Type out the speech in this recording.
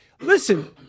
Listen